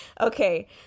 Okay